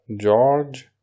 George